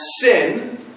sin